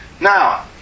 Now